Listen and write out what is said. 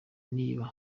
niba